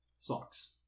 Socks